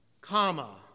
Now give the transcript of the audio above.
comma